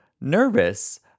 nervous